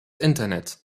internet